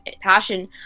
passion